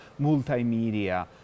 multimedia